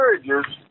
encourages